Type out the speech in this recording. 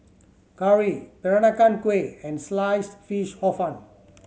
curry Peranakan Kueh and Sliced Fish Hor Fun